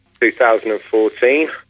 2014